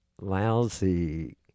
lousy